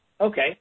Okay